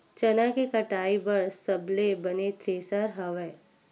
चना के कटाई बर सबले बने थ्रेसर हवय?